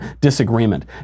disagreement